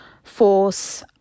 Force